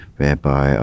whereby